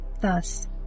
thus